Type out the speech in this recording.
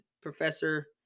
Professor